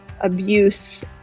abuse